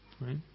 right